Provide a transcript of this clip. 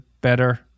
better